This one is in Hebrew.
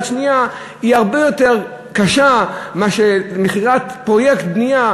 שנייה זה הרבה יותר קשה מאשר מכירת פרויקט בנייה,